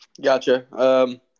Gotcha